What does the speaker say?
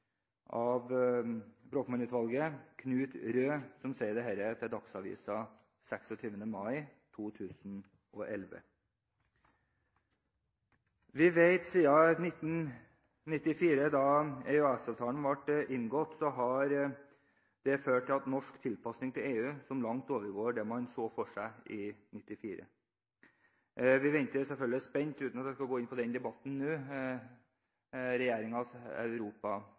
Knut Røed, som sier dette til Dagsavisen den 26. mai 2011. Vi vet at EØS-avtalen, som ble inngått i 1994, har ført til en norsk tilpasning til EU som langt overgår det man da så for seg. Uten at jeg skal gå inn på den debatten nå,